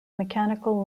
mechanical